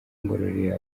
ngororero